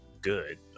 good